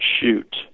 shoot